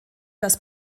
das